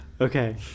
Okay